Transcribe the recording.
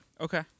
Okay